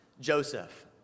Joseph